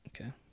Okay